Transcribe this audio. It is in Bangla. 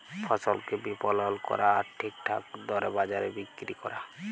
ফসলকে বিপলল ক্যরা আর ঠিকঠাক দরে বাজারে বিক্কিরি ক্যরা